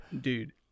Dude